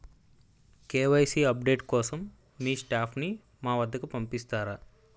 KYC update కోసం మీ staff ని మా వద్దకు పంపిస్తారా?